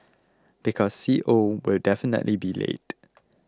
because C O will definitely be late